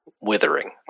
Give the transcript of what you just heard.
Withering